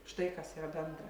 štai kas yra bendra